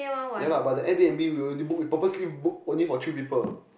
ya lah but the air-b_n_b we already book we purposely book only for three people